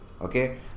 okay